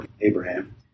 Abraham